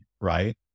right